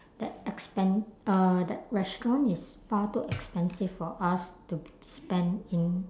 that expen~ uh that restaurant is far too expensive for us to spend in